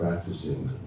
practicing